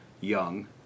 young